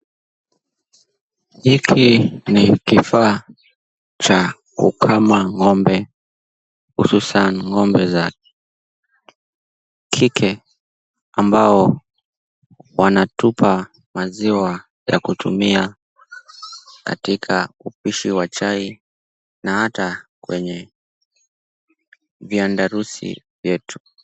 Hiki ni kifaa cha kukama ng'ombe hususan ng'ombe za kike ambao wanatupa maziwa ya kutumia katika upishi wa chai na hata kwenye vihandarusi vyetu.